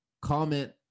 comment